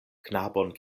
knabon